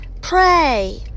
pray